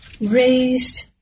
raised